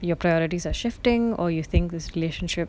your priorities are shifting or you think this relationship